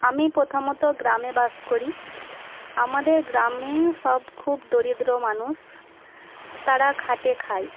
আমি প্রথমত গ্রামে বাস করি আমাদের গ্রামে সব খুব দরিদ্র মানুষ তারা খাটে খায়